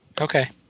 Okay